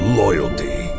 loyalty